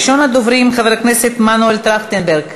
ראשון הדוברים, חבר הכנסת מנואל טרכטנברג.